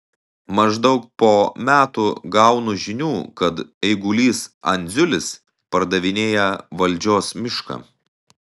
maždaug po metų gaunu žinių kad eigulys andziulis pardavinėja valdžios mišką